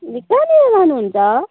कहाँनिर लानुहुन्छ